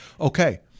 Okay